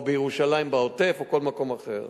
או בירושלים, בעוטף, או בכל מקום אחר.